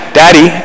daddy